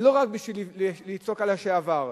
לא רק בשביל לצעוק על לשעבר.